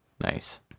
Nice